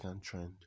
trend